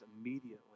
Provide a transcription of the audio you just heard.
immediately